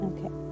Okay